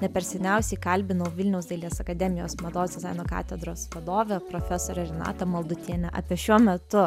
ne per seniausiai kalbinau vilniaus dailės akademijos mados dizaino katedros vadovę profesorę renatą maldutienę apie šiuo metu